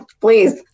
please